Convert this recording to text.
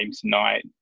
tonight